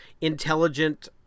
intelligent